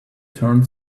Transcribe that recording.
turn